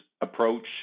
approach